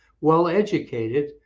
well-educated